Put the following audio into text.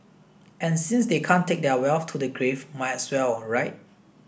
and since they can't take their wealth to the grave might as well right